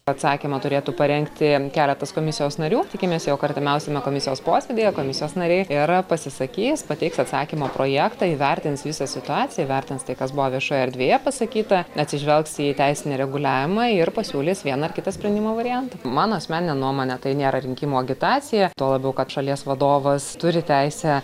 atsakymą turėtų parengti keletas komisijos narių tikimės jog artimiausiame komisijos posėdyje komisijos nariai ir pasisakys pateiks atsakymo projektą įvertins visą situaciją įvertins tai kas buvo viešoje erdvėje pasakyta atsižvelgs į teisinį reguliavimą ir pasiūlys vieną ar kitą sprendimo variantą mano asmenine nuomone tai nėra rinkimų agitacija tuo labiau kad šalies vadovas turi teisę